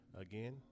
again